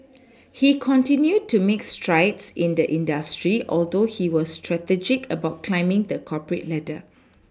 he continued to make strides in the industry although he was strategic about climbing the corporate ladder